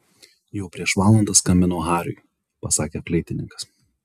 jau prieš valandą skambinau hariui pasakė fleitininkas